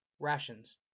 Rations